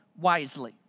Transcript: wisely